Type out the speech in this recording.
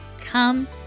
Come